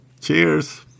Cheers